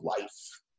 life